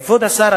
כבוד השר,